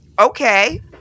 okay